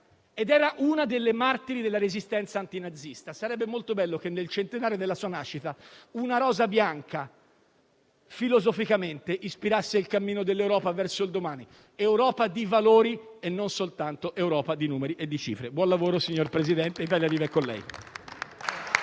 fu una delle martiri della resistenza antinazista. Sarebbe molto bello se, nel centenario della sua nascita, una rosa bianca ispirasse filosoficamente il cammino dell'Europa verso il domani. Europa di valori e non soltanto Europa di numeri e di cifre. Buon lavoro, signor Presidente, Italia Viva è con lei.